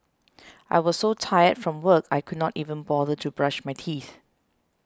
I was so tired from work I could not even bother to brush my teeth